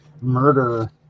murder